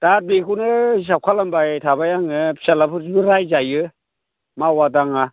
दा बेखौनो हिसाब खालामबाय थाबाय आङो फिसाज्लाफोरजोंबो रायजायो मावा दाङा